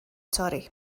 torri